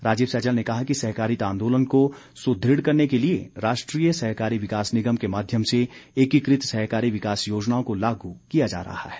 राजीव सैजल ने कहा कि सहकारिता आंदोलन को सुदृढ़ करने के लिए राष्ट्रीय सहकारी विकास निगम के माध्यम से एकीकृत सहकारी विकास योजनाओं को लागू किया जा रहा है